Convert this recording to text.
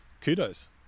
kudos